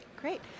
Great